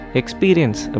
experience